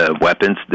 Weapons